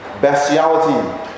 bestiality